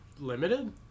limited